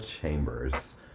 Chambers